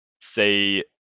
say